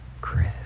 Chris